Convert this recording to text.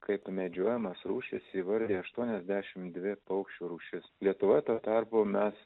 kaip medžiojamas rūšis įvardija aštuoniasdešim dvi paukščių rūšis lietuva tuo tarpu mes